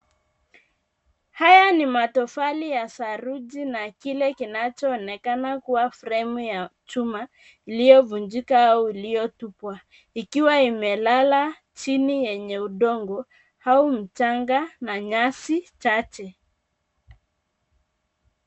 Haya ni matofali ya saruji, na kile kinachoonekana kuwa fremu ya chuma, iliyovunjika, au iliyotupwa, ikiwa imelala chini yenye udongo, au mchanga na nyasi chache.